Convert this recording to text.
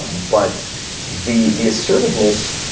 but the the assertiveness,